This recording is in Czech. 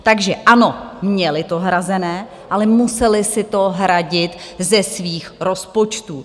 Takže ano, měli to hrazené, ale museli si to hradit ze svých rozpočtů.